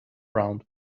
round